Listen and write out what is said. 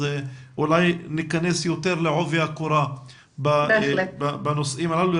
אולי בדיון הזה ניכנס יותר לעובי הקורה בנושאים הללו,